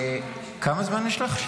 כמה זמן יש לך?